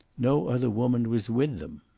no other woman was with them.